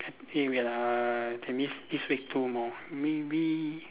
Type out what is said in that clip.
eh wait uh that means this week two maybe